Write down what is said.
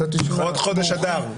לכבוד חודש אדר.